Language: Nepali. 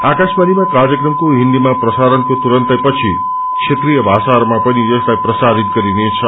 आकाशवाणीमा कार्यक्रमको हिन्दीमा प्रसारणको तुनन्तैपछि क्षेत्रिय भाषाहरूमा पनि यसलाई प्रसारित गरिनेछ